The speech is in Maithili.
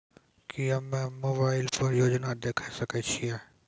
की हम्मे मोबाइल पर योजना देखय सकय छियै?